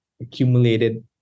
accumulated